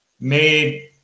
made